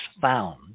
found